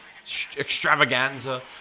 extravaganza